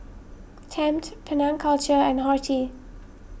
Tempt Penang Culture and Horti